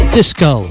Disco